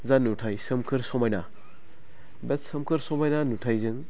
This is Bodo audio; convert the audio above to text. जा नुथाइ सोमखोर समायना बे सोमखोर समायना नुथाइजों